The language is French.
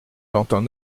l’entend